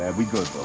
and we good.